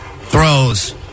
Throws